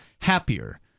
happier